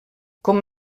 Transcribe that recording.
com